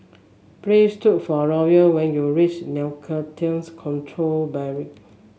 please look for Loyal when you reach Narcotics Control Bureau